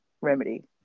Remedy